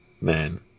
man